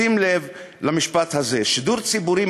שים לב למשפט הזה: שידור ציבורי,